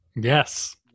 Yes